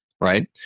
right